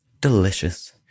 delicious